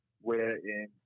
Wherein